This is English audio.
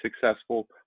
successful